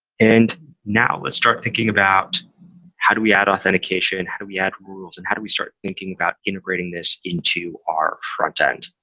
and now, let's start thinking about how do we add authentication, how do we add rules and how do we start thinking about integrating this into our frontend.